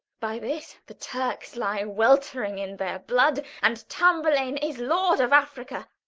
by this the turks lie weltering in their blood, and tamburlaine is lord of africa.